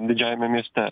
didžiajame mieste